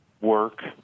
work